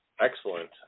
Excellent